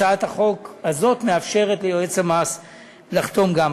הצעת החוק הזאת מאפשרת ליועץ המס לחתום גם.